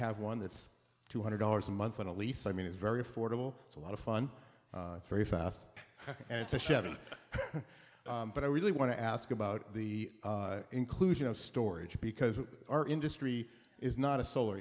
have one that's two hundred dollars a month on a lease i mean it's very affordable it's a lot of fun very fast and it's a chevy but i really want to ask about the inclusion of storage because our industry is not a solar